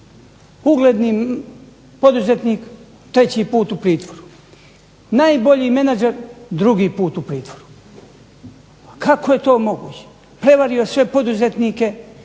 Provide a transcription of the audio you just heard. ugledni poduzetnik treći put u pritvoru. Najbolji menadžer drugi put u pritvoru, kako je to moguće. Prevario sve poduzetnike,